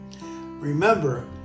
Remember